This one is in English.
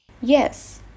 Yes